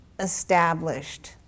established